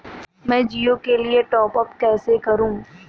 मैं जिओ के लिए टॉप अप कैसे करूँ?